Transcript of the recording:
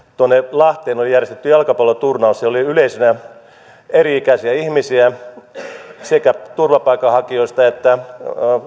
lahdessa oli järjestetty jalkapalloturnaus siellä oli yleisönä eri ikäisiä ihmisiä sekä turvapaikanhakijoista että